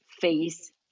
face